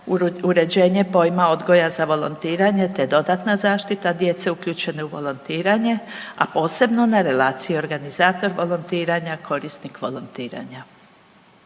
uređenje pojma odgoja za volontiranje, te dodatna zaštita djece uključene u volontiranje, a posebno na relaciji organizator volontiranja – korisnik volontiranja.